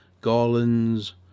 garlands